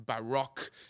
baroque